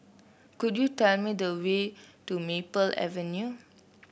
could you tell me the way to Maple Avenue